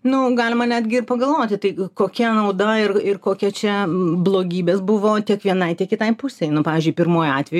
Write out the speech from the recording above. nu galima netgi ir pagalvoti tai kokia nauda ir ir kokia čia blogybės buvo tiek vienai tiek kitai kitai pusei nu pavyzdžiui pirmuoju atveju